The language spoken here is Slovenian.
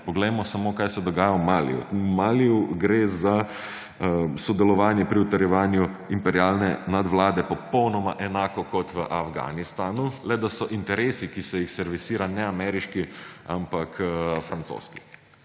Poglejmo samo, kaj se dogaja v Maliju. V Maliju gre za sodelovanje pri utrjevanju imperialne nadvlade, popolnoma enako kot v Afganistanu, le da so interesi, ki se jih servisira, ne ameriški, ampak francoski.